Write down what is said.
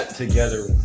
Together